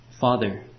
Father